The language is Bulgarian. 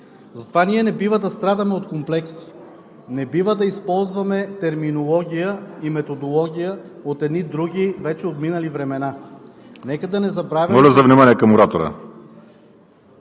Затова ние не бива да страдаме от комплекси, не бива да използваме терминология и методология от едни други, вече отминали времена. ПРЕДСЕДАТЕЛ